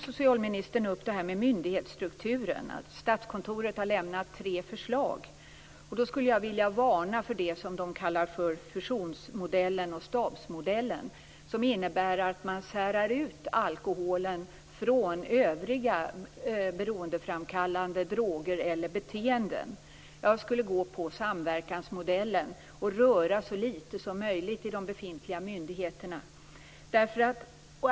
Socialministern tog också upp det här med myndighetsstrukturen och sade att Statskontoret har lämnat tre förslag. Då skulle jag vilja varna för det man kallar fusionsmodellen och stabsmodellen, som innebär att man särar ut alkoholen från övriga beroendeframkallande droger eller beteenden. Jag skulle gå på samverkansmodellen och röra så lite som möjligt i de befintliga myndigheterna.